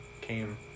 came